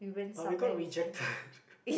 but we got rejected